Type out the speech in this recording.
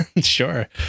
Sure